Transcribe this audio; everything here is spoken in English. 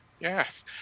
yes